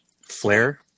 Flare